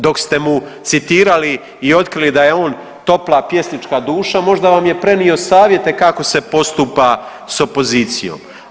Dok ste mu citirali i otkrili da je on topla pjesnička duša možda vam je prenio savjete kako se postupa s opozicijom.